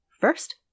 first